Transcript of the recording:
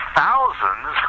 thousands